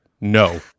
No